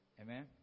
Amen